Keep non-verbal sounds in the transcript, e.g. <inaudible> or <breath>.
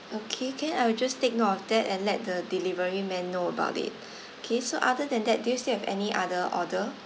okay can I will just take note of that and let the delivery man know about it <breath> okay so other than that do you still have any other order